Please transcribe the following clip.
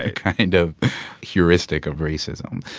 ah kind of heuristic of racism.